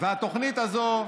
התוכנית הזאת,